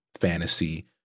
fantasy